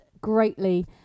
greatly